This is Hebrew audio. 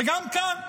וגם כאן,